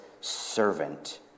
servant